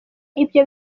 ibyo